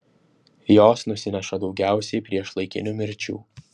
jos nusineša daugiausiai priešlaikinių mirčių